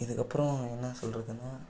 இதுக்கு அப்புறம் என்ன சொல்லுறதுனா